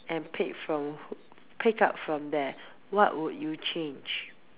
and pick from pick up from there what would you change